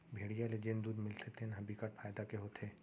भेड़िया ले जेन दूद मिलथे तेन ह बिकट फायदा के होथे